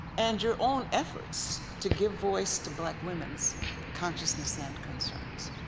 and your own efforts to give voice to black women's consciousness and concerns?